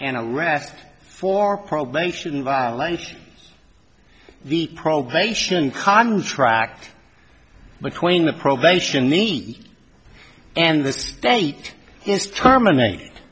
and arrest for probation violations the probation contract between the probation neat and this date is terminate